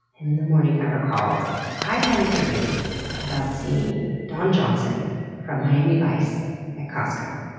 and in the morning i recalled i had a dream about seeing don johnson from miami vice at costco.